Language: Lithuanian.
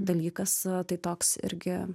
dalykas tai toks irgi